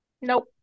nope